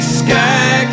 sky